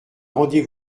rendez